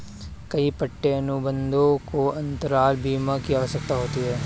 कई पट्टे अनुबंधों को अंतराल बीमा की आवश्यकता होती है